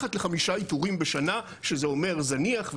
מתחת לחמישה איתורים בשנה, שזה אומר זניח.